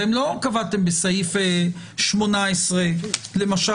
אתם לא קבעתם בסעיף 18 למשל,